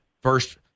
first